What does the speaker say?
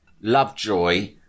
Lovejoy